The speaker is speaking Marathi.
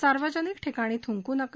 सार्वजनिक ठिकाणी थुंकू नका